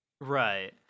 Right